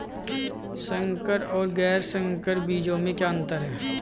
संकर और गैर संकर बीजों में क्या अंतर है?